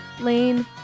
lane